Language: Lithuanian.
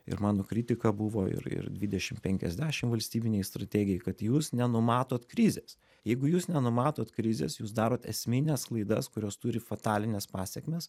ir mano kritika buvo ir ir dvidešim penkiasdešim valstybinei strategijai kad jūs nenumatot krizės jeigu jūs nenumatot krizės jūs darot esmines klaidas kurios turi fatalines pasekmes